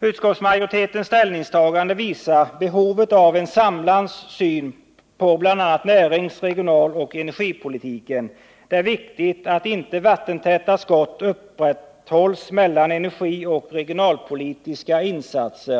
Utskottsmajoritetens ställningstagande visar behovet av en samlad syn på bl.a. närings-, regionaloch energipolitiken. Det är viktigt att inte vattentäta skott upprätthålls mellan energioch regionalpolitiska insatser.